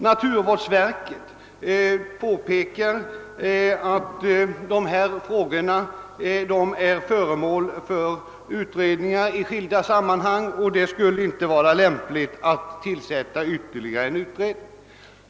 Naturvårdsverket påpekar att dessa frågor är föremål för utredningar i skilda sammanhang och att det inte skulle vara lämpligt att tillsätta ytterligare en utredning.